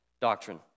doctrine